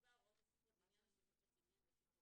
יקבע הוראות נוספות לעניין השימוש בצילומים לפי חוק